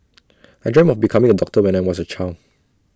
I dreamt of becoming A doctor when I was A child